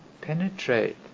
penetrate